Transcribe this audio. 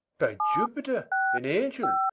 by jupiter, an angel!